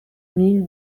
mille